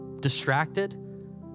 distracted